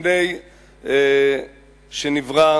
לפני שנברא